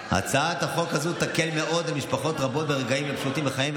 הצעת החוק הזאת תקל מאוד על משפחות רבות ברגעים לא פשוטים בחייהן.